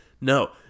No